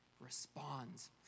responds